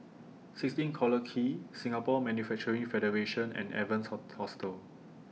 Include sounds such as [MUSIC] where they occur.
sixteen Collyer Quay Singapore Manufacturing Federation and Evans [UNINTELLIGIBLE] Hostel